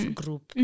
group